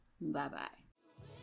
Bye-bye